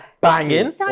banging